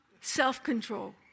Self-control